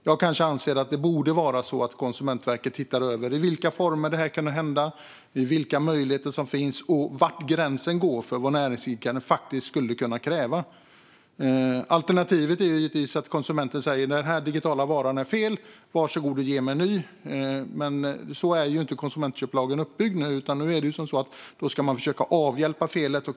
Jag anser att det borde vara så att Konsumentverket tittar över i vilka former det här kunde hända, vilka möjligheter som finns och var gränsen går för vad näringsidkaren faktiskt skulle kunna kräva. Alternativet är att konsumenten säger: Den här digitala varan är fel - var så god och ge mig en ny! Men så är ju inte konsumentköplagen uppbyggd nu, utan då ska man försöka att avhjälpa felet.